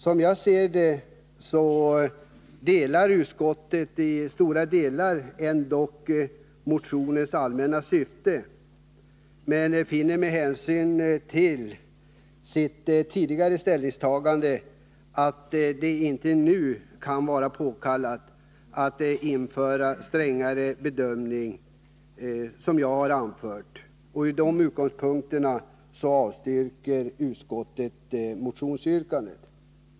Som jag ser det ansluter sig utskottet ändock i stora delar till motionens allmänna syfte men finner med hänsyn till sitt tidigare ställningstagande att det inte nu kan vara påkallat att införa en sådan strängare bedömning som jag har föreslagit. Från de utgångspunkterna avstyrker utskottet motionsyrkandet.